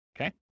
okay